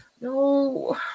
No